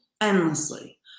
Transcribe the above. endlessly